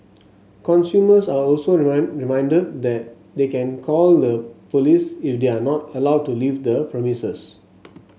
consumers are also remind reminded that they can call the police if they are not allowed to leave the premises